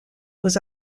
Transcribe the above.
aux